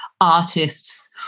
artists